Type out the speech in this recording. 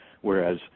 whereas